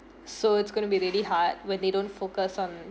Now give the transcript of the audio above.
so it's going to be really hard when they don't focus on